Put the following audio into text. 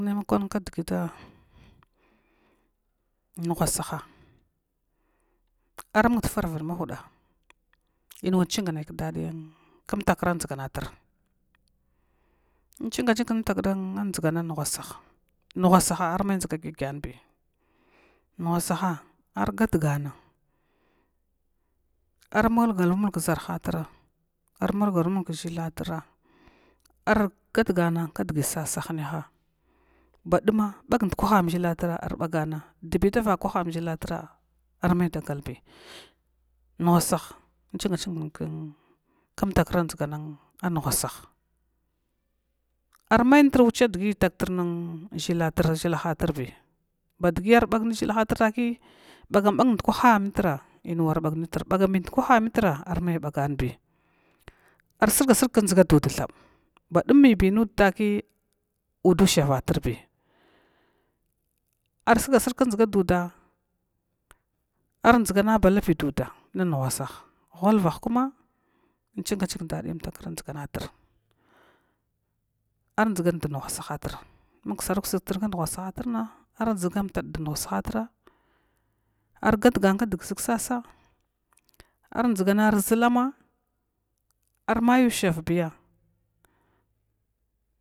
Nai makwan kdgita ungasahaa ar mung dfarvid mahuda inwa ching nai kdadiy antkra dʒganatra, inching chinf knitakara ungwassaha arme dʒga gyanbi, ungwasaha ar gatgana ar mugarumulg kʒnrahatra ar mulgarumunlg kʒhilatra, ar gatgana kdgi sa hiyaha baduma bag ndukah arn ʒhilatra arbagana dbidavakwa umʒhiltra arma dagalsi ungwasah inching chingkn umtakra dʒgan angwasaha, armanitrwa cha dgi tartr ʒhila tri ʒhila ha trbi badgi bagna ʒhila hatr bagambag ndukwah amitr in wa bag nitr bagambi, ndukwah anmitr armai ba ganbi arsrgsrg kʒga ud thab ba dum bi nud taki undushavatrb ar surga surg gdʒga duda ardʒgana balapi duda ungwasah whalvah kuma inching ching kdadiya umtakra dʒgantr ardʒa dnungwa saha tra maksaru tesgnitr kngwasahatr na ar dʒga mta dn gwasahtr argatgan kdgʒg sasa arʒgna ar ʒulama armay ushavbiya.